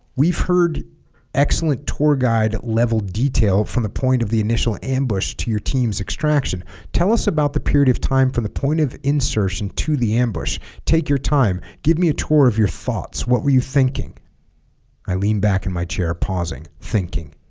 we've heard excellent tour guide level detail from the point of the initial ambush to your team's extraction tell us about the period of time from the point of insertion to the ambush take your time give me a tour of your thoughts what were you thinking i lean back in my chair pausing thinking